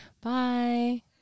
bye